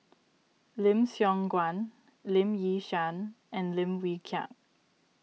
Lim Siong Guan Lee Yi Shyan and Lim Wee Kiak